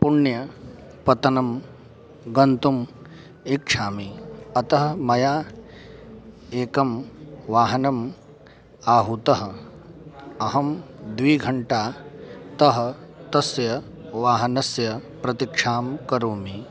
पुण्यपत्तनं गन्तुम् इच्छामि अतः मया एकं वाहनम् आहूतं अहं द्विघण्टा तः तस्य वाहनस्य प्रतीक्षां करोमि